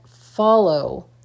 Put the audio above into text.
follow